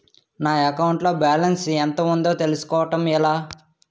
నా అకౌంట్ లో బాలన్స్ ఎంత ఉందో తెలుసుకోవటం ఎలా?